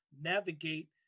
navigate